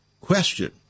Question